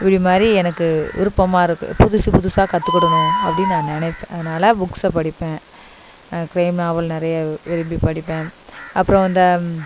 மாதிரி எனக்கு விருப்பமாக இருக்குது புதுசு புதுசாக கத்துக்கிடணும் அப்படின்னு நான் நினைப்பேன் அதனால் புக்ஸ்ஸை படிப்பேன் க்ரைம் நாவல் நிறைய விரும்பி படிப்பேன் அப்புறம் இந்த